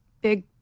big